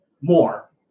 more